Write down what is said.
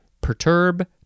Perturb